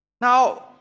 Now